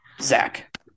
Zach